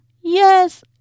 Yes